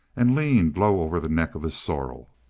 and leaned low over the neck of his sorrel.